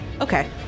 okay